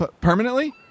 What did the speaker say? Permanently